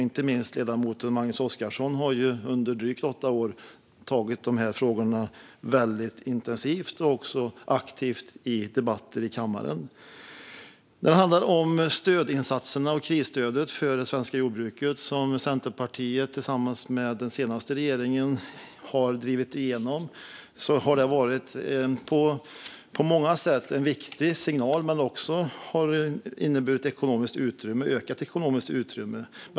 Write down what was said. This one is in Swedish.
Inte minst ledamoten Magnus Oscarsson har under drygt åtta år varit mycket aktiv i de här frågorna, också i debatter i kammaren. Krisstödet för det svenska jordbruket, som Centerpartiet tillsammans med den senaste regeringen har drivit igenom, har på många sätt varit en viktig signal. Det har också inneburit ökat ekonomiskt utrymme.